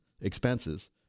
expenses